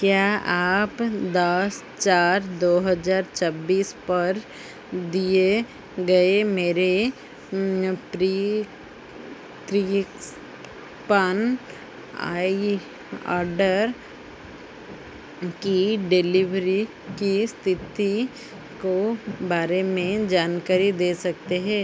क्या आप दस चार दो हज़ार छब्बीस पर दिए गए मेरे प्रीकृक्सपन आइ ऑर्डर की डिलीभरी की स्थिति के बारे में जानकारी दे सकते हैं